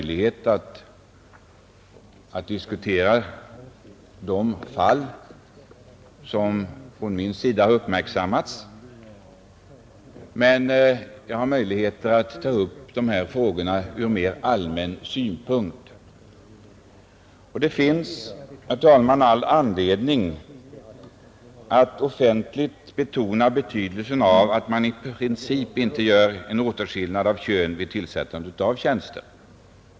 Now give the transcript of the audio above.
Jag har inte möjlighet att diskutera de fall som av mig har uppmärksammats, men jag har möjligheter att ta upp dessa frågor från mera allmänna utgångspunkter. Det finns, herr talman, all anledning att offentligt betona betydelsen av att man i princip inte gör en åtskillnad mellan könen vid tillsättande av tjänster.